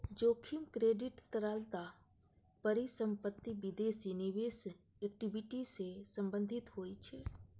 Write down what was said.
जोखिम क्रेडिट, तरलता, परिसंपत्ति, विदेशी निवेश, इक्विटी सं संबंधित होइ छै